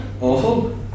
awful